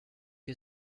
you